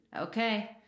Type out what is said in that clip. okay